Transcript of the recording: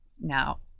Now